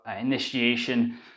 initiation